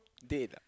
date ah